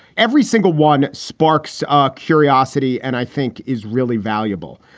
every single one sparks ah curiosity and i think is really valuable.